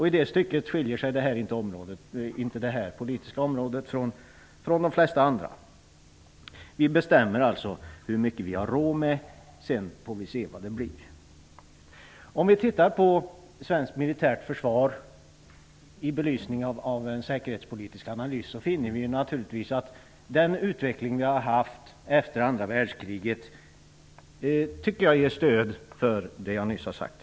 I det stycket skiljer sig inte detta politiska område från de flesta andra. Vi bestämmer alltså hur mycket vi har råd med, och sedan får vi se vad det blir. Om vi tittar på svenskt militärt försvar i belysningen av en säkerhetspolitisk analys finner vi att den utveckling som skett efter andra världskriget ger stöd för det jag nyss har sagt.